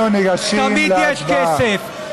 אתם לא מסוגלים להסתכל להם בעיניים,